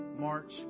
march